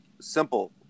simple